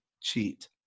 cheat